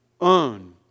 own